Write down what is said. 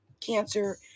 Cancer